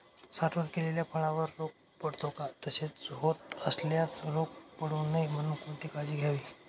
साठवण केलेल्या फळावर रोग पडतो का? तसे होत असल्यास रोग पडू नये म्हणून कोणती काळजी घ्यावी?